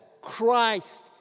Christ